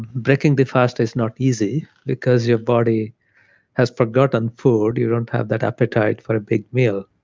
breaking the fast is not easy because your body has forgotten food. you don't have that appetite for a big meal,